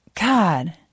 God